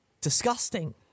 disgusting